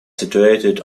situated